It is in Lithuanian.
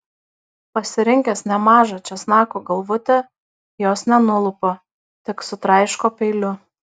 pasirinkęs nemažą česnako galvutę jos nenulupa tik sutraiško peiliu